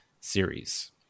series